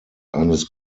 eines